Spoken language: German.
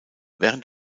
während